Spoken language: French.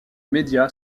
média